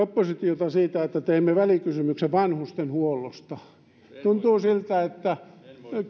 oppositiota siitä että teimme välikysymyksen vanhustenhuollosta tuntuu siltä että